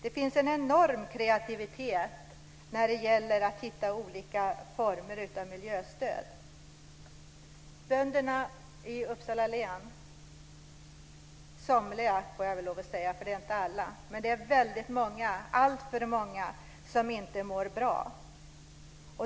Det finns en enorm kreativitet när det gäller att hitta olika former av miljöstöd. Somliga av bönderna i Uppsala län - inte alla, men alltför många - mår inte bra.